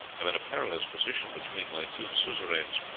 am in a perilous position between my two suzerains.